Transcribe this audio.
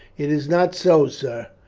it is not so, sir,